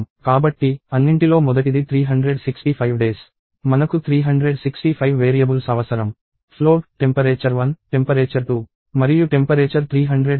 కాబట్టి అన్నింటిలో మొదటిది 365 డేస్ మనకు 365 వేరియబుల్స్ అవసరం ఫ్లోట్ టెంపరేచర్ 1 టెంపరేచర్ 2 మరియు టెంపరేచర్ 365 వరకు అవసరం